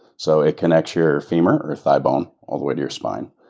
so it connects your femur, or thighbone all the way to your spine,